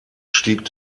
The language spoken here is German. stieg